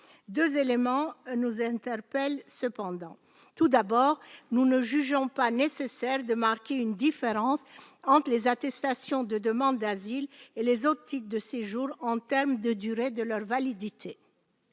Deux éléments nous interpellent cependant. Tout d'abord, nous ne jugeons pas nécessaire de marquer une différence entre les attestations de demande d'asile et les autres types de séjours en termes de durée de leur validité.